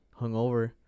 hungover